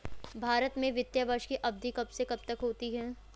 भारत में वित्तीय वर्ष की अवधि कब से कब तक होती है?